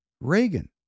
Reagan